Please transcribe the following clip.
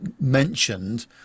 mentioned